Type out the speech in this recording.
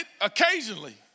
occasionally